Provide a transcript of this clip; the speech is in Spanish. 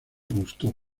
gustó